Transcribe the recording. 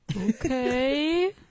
Okay